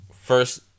first